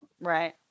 Right